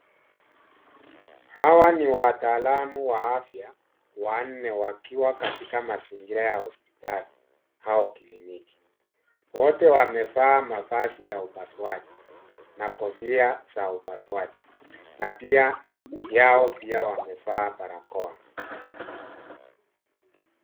Hawa ni wataalam wa afya wanne wakiwa katika mazingira ya hospitali au kliniki. Wote wamevaa mavazi ya upasuaji na kofia za upasuaji na pia yao pia wamevaa barakoa.